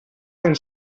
del